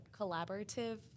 collaborative